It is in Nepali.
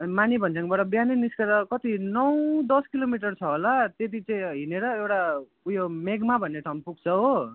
अनि माने भन्ज्याङबाट बिहानै निस्किएर कति नौ दस किलोमिटर छ होला त्यति चाहिँ हिँडेर एउटा उयो मेघमा भन्ने ठाउँ पुग्छ हो